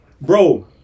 Bro